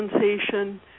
sensation